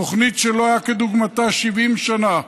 תוכנית שלא הייתה כדוגמתה 70 שנה,